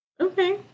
Okay